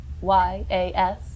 Y-A-S